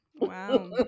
Wow